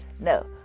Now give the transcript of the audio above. No